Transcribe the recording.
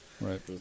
Right